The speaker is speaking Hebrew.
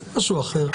זה משהו אחר.